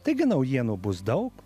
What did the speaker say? taigi naujienų bus daug